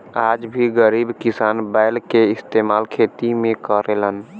आज भी गरीब किसान बैल के इस्तेमाल खेती में करलन